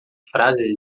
frases